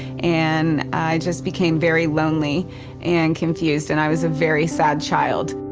and i just became very lonely and confused and i was a very sad child.